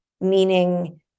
meaning